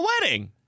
wedding